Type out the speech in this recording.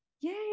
Yay